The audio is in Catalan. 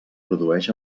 produeix